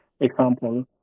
Example